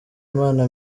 imana